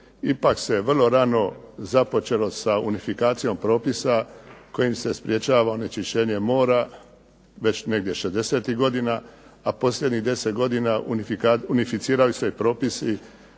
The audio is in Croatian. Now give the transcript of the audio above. ipak se vrlo rano započelo sa unifikacijom propisa kojim se sprječava onečišćenje mora već negdje šezdesetih godina a posljednjih deset godina unificiraju se i propisi